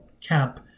camp